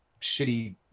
shitty